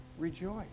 rejoice